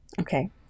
Okay